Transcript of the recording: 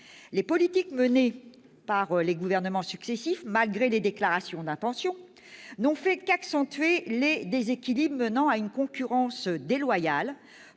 les politiques menées par les gouvernements successifs, malgré les déclarations d'intention, n'ont fait qu'accentuer les déséquilibres menant à une concurrence déloyale